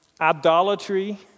idolatry